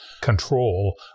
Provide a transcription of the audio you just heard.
control